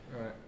right